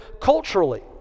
culturally